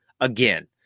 again